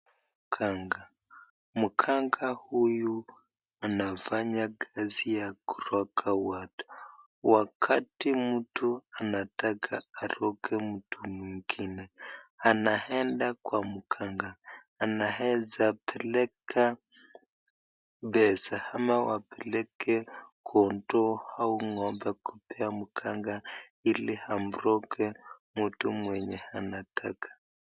Mganga, Mganga huyu anafanya kazi ya kuroga watu. Wakati mtu anataka aroge mtu mwingine, anaenda kwa mganga anaeza peleka pesa ama wapeleke kondoo au ng'ombe kupea mganga ili amroge mtu mwenye anataka.